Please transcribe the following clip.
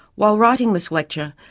while writing this lecture,